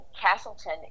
Castleton